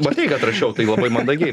matei kad rašiau tai labai mandagiai